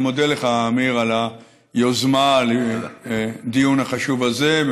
אני מודה לך, עמיר, על היוזמה לדיון החשוב הזה.